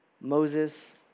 Moses